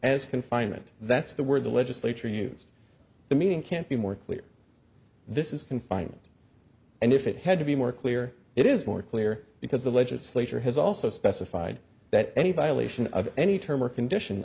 as confinement that's the word the legislature use the meaning can't be more clear this is confinement and if it had to be more clear it is more clear because the legislature has also specified that anybody lation of any term or condition